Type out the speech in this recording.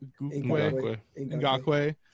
Ngakwe